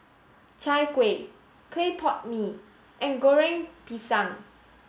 Chai Kuih Clay Pot Mee and Goreng Pisang